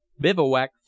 Bivouac